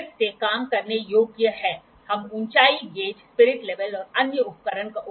फिर से इस दिशा में इसलिए हम माइनस 3° सेट करते हैं इसलिए हम 3° यहाँ डालते हैं इसलिए °3 यह माइनस है